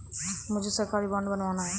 मुझे सरकारी बॉन्ड बनवाना है